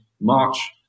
March